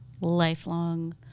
lifelong